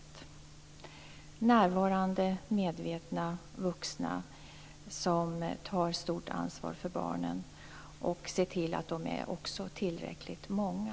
Det handlar om närvarande medvetna vuxna, som tar stort ansvar för barnen, och att se till att de är tillräckligt många.